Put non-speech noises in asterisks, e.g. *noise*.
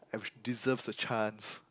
every *noise* deserves a chance